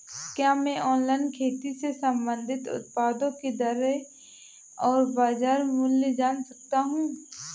क्या मैं ऑनलाइन खेती से संबंधित उत्पादों की दरें और बाज़ार मूल्य जान सकता हूँ?